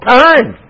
time